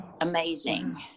amazing